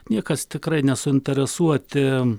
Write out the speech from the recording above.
niekas tikrai nesuinteresuoti